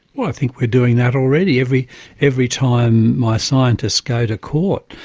well i think we're doing that already. every every time my scientists go to court,